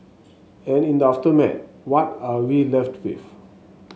and in the aftermath what are we left with